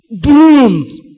brooms